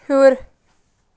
ہیوٚر